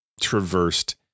traversed